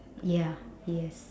ya yes